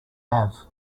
have